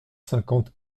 cinquante